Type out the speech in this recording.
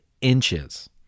inches